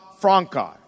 franca